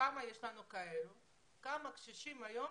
כמה כאלה יש לנו כמה קשישים היום